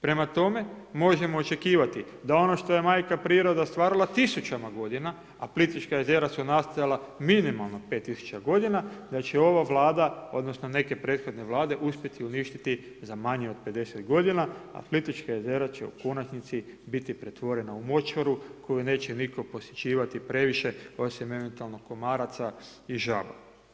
Prema tome, možemo očekivati da ono što je majka priroda stvarala tisućama godina, a Plitvička jezera su nastajala minimalno pet tisuća godina da će ova Vlada odnosno neke prethodne vlade uspjeti uništiti za manje od 50 godina, a Plitvička jezera će u konačnici biti pretvorena u močvaru koju neće neki posjećivati previše osim eventualno komaraca i žaba.